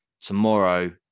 tomorrow